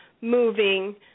moving